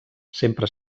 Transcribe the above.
sempre